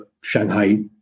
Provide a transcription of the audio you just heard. Shanghai